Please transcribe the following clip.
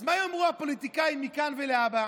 אז מה יאמרו הפוליטיקאים מכאן ולהבא